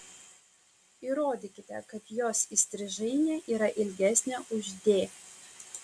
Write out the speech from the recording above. įrodykite kad jos įstrižainė yra ilgesnė už d